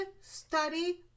study